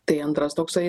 tai antras toksai